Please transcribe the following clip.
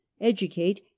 educate